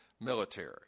military